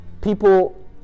people